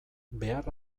behar